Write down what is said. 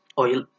oil